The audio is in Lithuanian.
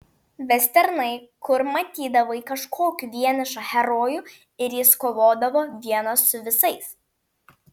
vesternai kur matydavai kažkokį vienišą herojų ir jis kovodavo vienas su visais